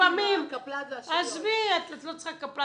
יש לך כאן